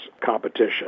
competition